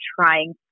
trying